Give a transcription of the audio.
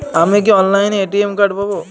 আমি কি অনলাইনে এ.টি.এম কার্ড পাব?